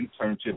internship